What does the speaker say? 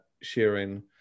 sharing